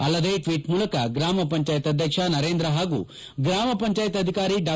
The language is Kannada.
ಅಲ್ಲದೆ ಟ್ವೀಟ್ ಮೂಲಕ ಗ್ರಾಮ ಪಂಚಾಯತ್ ಅಧ್ಯಕ್ಷ ನರೇಂದ್ರ ಹಾಗೂ ಗ್ರಾಮ ಪಂಚಾಯತ್ ಅಧಿಕಾರಿ ಡಾ